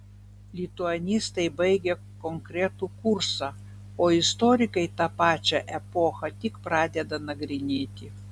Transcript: lituanistai baigia konkretų kursą o istorikai tą pačią epochą tik pradeda nagrinėti